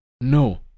No